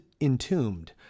Entombed